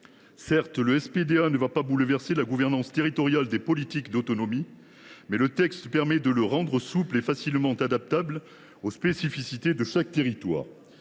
Certes, le SPDA ne va pas bouleverser la gouvernance territoriale des politiques de l’autonomie, mais le texte permet de rendre ce dispositif souple et facilement adaptable aux spécificités de chaque territoire.